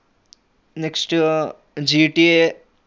next GTA